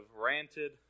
ranted